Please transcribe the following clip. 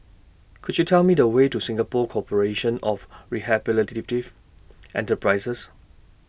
Could YOU Tell Me The Way to Singapore Corporation of Rehabilitative Enterprises